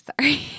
sorry